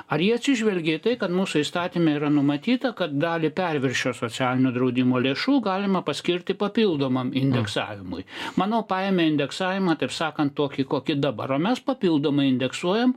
ar jie atsižvelgė į tai kad mūsų įstatyme yra numatyta kad dalį perviršio socialinio draudimo lėšų galima paskirti papildomam indeksavimui mano paėmė indeksavimą taip sakant tokį kokį dabar o mes papildomai indeksuojam